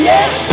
Yes